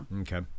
Okay